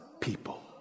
people